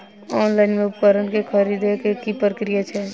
Online मे उपकरण केँ खरीदय केँ की प्रक्रिया छै?